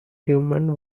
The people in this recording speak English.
human